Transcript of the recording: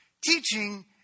Teaching